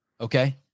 Okay